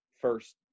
first